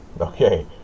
Okay